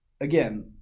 again